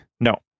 No